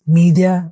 media